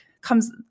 comes